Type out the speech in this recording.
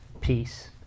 peace